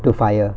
to fire